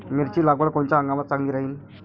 मिरची लागवड कोनच्या हंगामात चांगली राहीन?